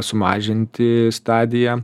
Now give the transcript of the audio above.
sumažinti stadiją